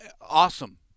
Awesome